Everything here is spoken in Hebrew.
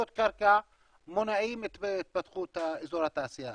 קרקע מונעים את התפתחות אזור התעשייה.